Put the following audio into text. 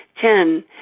Ten